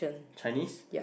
Chinese